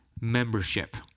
membership